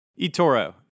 eToro